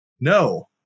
No